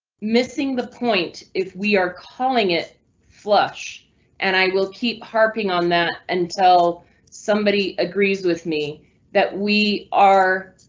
missing the point if we are calling it flush an and i will keep harping on that until somebody agrees with me that we are.